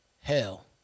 hell